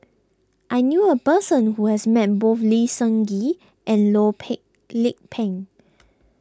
I knew a person who has met both Lee Seng Gee and Loh Peng Lik Peng